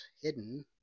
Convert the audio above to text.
hidden